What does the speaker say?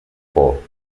por